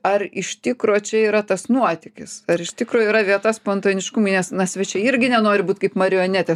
ar iš tikro čia yra tas nuotykis ar iš tikro yra vieta spontaniškumui nes na svečiai irgi nenori būt kaip marionetė